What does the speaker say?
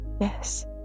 Yes